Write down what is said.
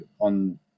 on